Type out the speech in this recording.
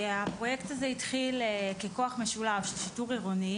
הפרויקט הזה התחיל ככוח משולב של שיטור עירוני